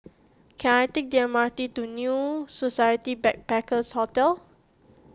can I take the M R T to New Society Backpackers' Hotel